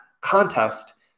contest